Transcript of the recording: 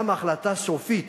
גם החלטה סופית